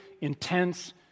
intense